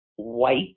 white